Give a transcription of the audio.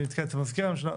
זה נתקע אצל מזכיר הממשלה.